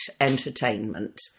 entertainment